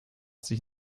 sich